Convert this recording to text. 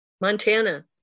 Montana